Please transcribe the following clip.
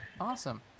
Awesome